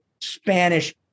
Spanish